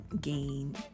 gain